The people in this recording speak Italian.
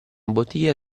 bottiglia